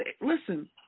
Listen